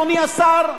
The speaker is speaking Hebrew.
אדוני השר,